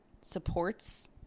supports